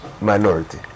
minority